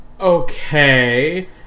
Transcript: Okay